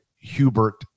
Hubert